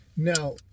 Now